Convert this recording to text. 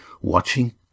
watching